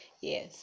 Yes